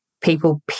people